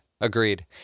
Agreed